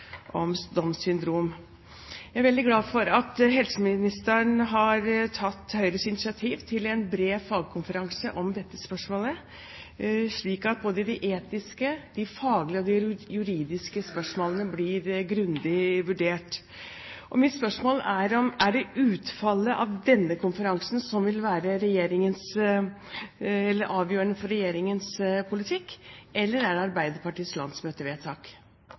om Downs syndrom. Jeg er veldig glad for at helseministeren har tatt Høyres initiativ til en bred fagkonferanse om dette spørsmålet, slik at både de etiske, de faglige og de juridiske spørsmålene blir grundig vurdert. Mitt spørsmål er: Er det utfallet av denne konferansen som vil være avgjørende for regjeringens politikk, eller er det Arbeiderpartiets landsmøtevedtak?